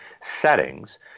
settings